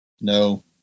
No